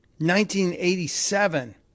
1987